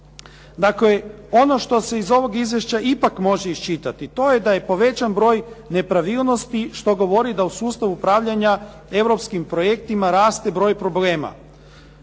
Dakle, ono što se iz ovog izvješća ipak može iščitati to je da je povećan broj nepravilnosti što govori da u sustavu upravljanja europskim projektima raste broj problema.